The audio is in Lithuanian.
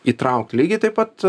įtraukt lygiai taip pat